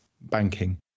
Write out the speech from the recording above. banking